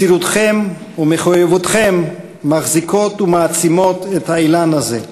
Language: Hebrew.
מסירותכם ומחויבותכם מחזיקות ומעצימות את האילן הזה,